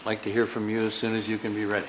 like to hear from you soon as you can be read